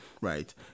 right